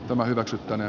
tämä hyväksyttäneen